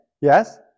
Yes